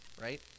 Right